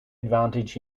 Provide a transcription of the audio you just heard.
advantage